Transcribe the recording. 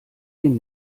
den